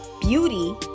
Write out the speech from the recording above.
beauty